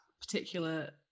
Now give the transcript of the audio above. particular